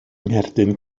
ngherdyn